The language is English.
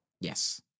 Yes